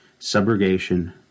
subrogation